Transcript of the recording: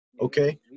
okay